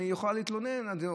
אני אוכל להתלונן על זה.